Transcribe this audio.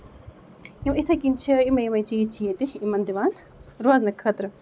یِتھٕے کنۍ چھِ یِمے یِمٕے چیٖز چھِ ییٚتہِ یِمن دِوان روزنہٕ خٲطرٕ